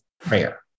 prayer